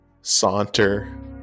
saunter